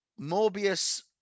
Morbius